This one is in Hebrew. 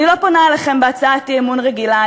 אני לא פונה אליכם בהצעת אי-אמון רגילה,